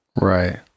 Right